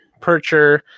Percher